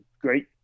great